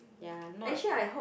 ya not